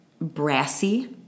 Brassy